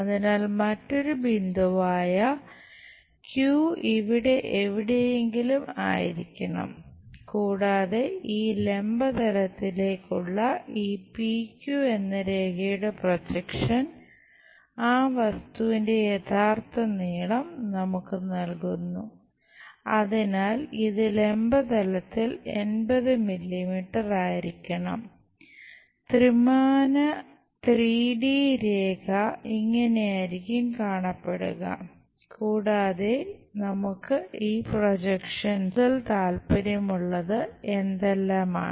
അതിനാൽ മറ്റൊരു ബിന്ദുവായ ക്യു കൂടുതൽ താൽപ്പര്യമുള്ളത് എന്തെല്ലാമാണ്